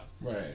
Right